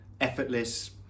Effortless